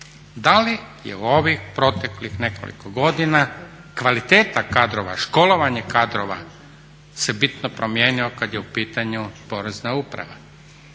da li je u ovih proteklih nekoliko godina kvaliteta kadrova, školovanje kadrova se bitno promijenio kad je u pitanju Porezna uprava.